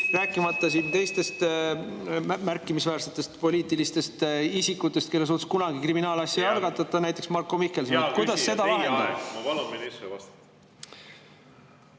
Rääkimata teistest märkimisväärsetest poliitilistest isikutest, kelle suhtes kunagi kriminaalasja ei algatata, näiteks Marko Mihkelson. Hea küsija,